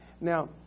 Now